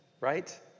right